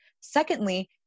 Secondly